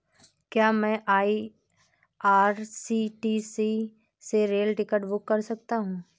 क्या मैं आई.आर.सी.टी.सी से रेल टिकट बुक कर सकता हूँ?